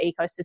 ecosystem